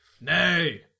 Nay